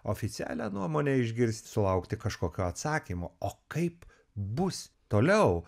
oficialialią nuomonę išgirst sulaukti kažkokio atsakymo o kaip bus toliau